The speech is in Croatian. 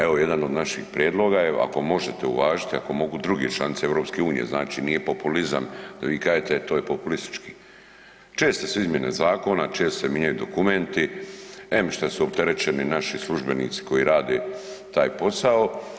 Evo jedan od naših prijedloga je evo, ako možete uvažiti, ako mogu druge članice EU, znači nije populizam, vi kažete to je populistički, česte su izmjene zakona, često se minjaju dokumenti, em što su opterećeni naši službenici koji rade taj posao.